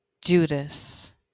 judas